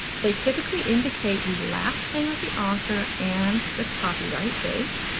they typically indicate the last name of the author and the copyright date.